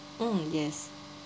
mm yes